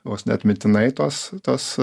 vos ne atmintinai tuos tuos